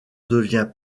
devient